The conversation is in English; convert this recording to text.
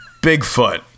Bigfoot